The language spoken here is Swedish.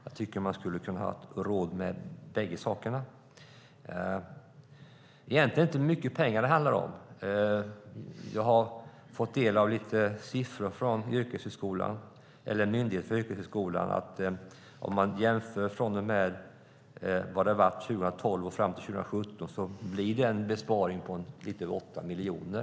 Jag tycker att man skulle ha kunnat ha råd med bägge sakerna. Egentligen är det inte mycket pengar det handlar om. Vi har fått del av siffror från Myndigheten för yrkeshögskolan som visar att besparingen över tid från 2012 till 2017 blir lite över 8 miljoner.